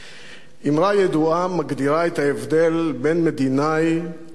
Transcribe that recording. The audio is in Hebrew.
אמרה ידועה מגדירה את ההבדל בין מדינאי לפוליטיקאי.